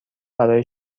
برای